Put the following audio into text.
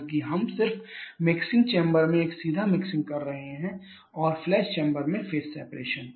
बल्कि हम सिर्फ मिक्सिंग चैंबर में एक सीधा मिक्सिंग कर रहे हैं और फ्लैश चैम्बर में फेज सेपरेशन